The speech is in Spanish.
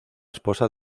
esposa